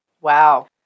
Wow